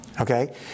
Okay